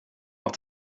noch